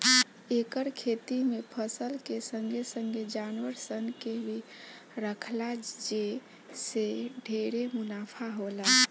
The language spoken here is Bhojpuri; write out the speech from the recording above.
एकर खेती में फसल के संगे संगे जानवर सन के भी राखला जे से ढेरे मुनाफा होला